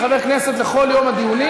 חבר הכנסת טיבי.